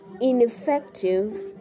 ineffective